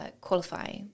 qualify